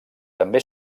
també